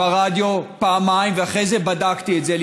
ברדיו, פעמיים, ואחרי זה בדקתי את זה.